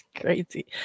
crazy